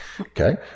Okay